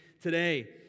today